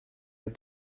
were